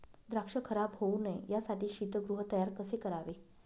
द्राक्ष खराब होऊ नये यासाठी शीतगृह तयार कसे करावे?